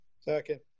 Second